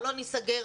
חלון ייסגר,